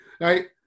right